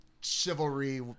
chivalry